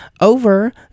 Over